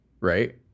right